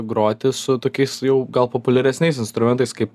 groti su tokiais jau gal populiaresniais instrumentais kaip